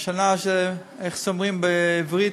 השנה, איך אומרים בעברית?